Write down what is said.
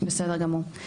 בסדר גמור.